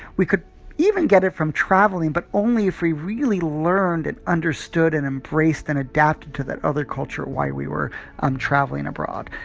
we could even get it from traveling, but only if we really learned and understood and embraced and adapted to that other culture while we were um traveling abroad.